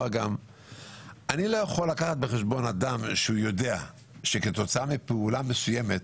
אני לא יכול לקחת בחשבון אדם שיודע שכתוצאה מפעולה מסוימת,